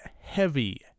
heavy